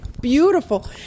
beautiful